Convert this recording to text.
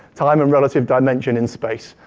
time and relative dimension in space.